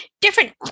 different